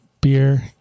Beer